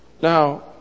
Now